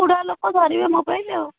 ବୁଢ଼ା ଲୋକ ଧରିବେ ମୋବାଇଲ ଆଉ